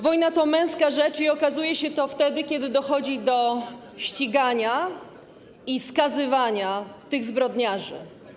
Wojna to męska rzecz i okazuje się to wtedy, kiedy dochodzi do ścigania i skazywania tych zbrodniarzy.